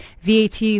VAT